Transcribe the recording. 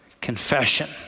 Confession